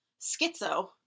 Schizo